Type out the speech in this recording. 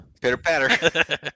Pitter-patter